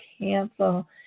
cancel